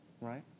Right